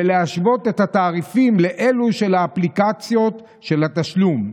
ולהשוות את התעריפים לאלו של אפליקציות של התשלום.